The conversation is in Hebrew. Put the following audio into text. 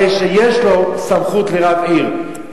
הרי שיש לו סמכות לרב עיר,